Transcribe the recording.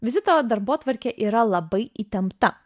vizito darbotvarkė yra labai įtempta